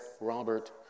Robert